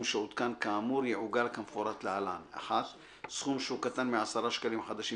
"סכום שעודכן כאמור יעוגל כמפורט להלן: סכום שהוא קטן מ-10 שקלים חדשים,